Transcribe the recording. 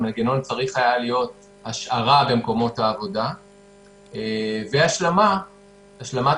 המנגנון צריך היה להיות השארה במקומות העבודה והשלמת השכר,